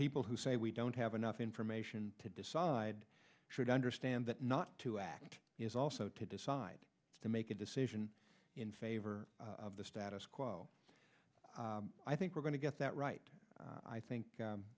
people who say we don't have enough information to decide should understand that not to act is also to decide to make a decision in favor of the status quo i think we're going to get that right i think